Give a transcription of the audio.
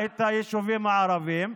היישובים הערביים.